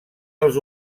als